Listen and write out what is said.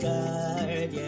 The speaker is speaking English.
God